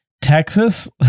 Texas